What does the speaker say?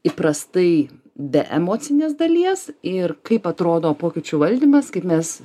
įprastai be emocinės dalies ir kaip atrodo pokyčių valdymas kaip mes